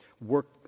work